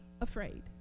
afraid